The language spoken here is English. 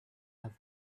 have